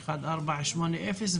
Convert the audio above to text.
1480,